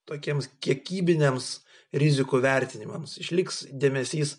tokiems kiekybiniams rizikų vertinimams išliks dėmesys